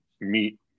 meet